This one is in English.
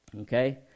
okay